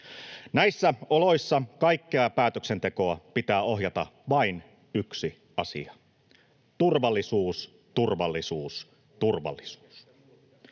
Näissä oloissa kaikkea päätöksentekoa pitää ohjata vain yhden asian: turvallisuus, turvallisuus, turvallisuus.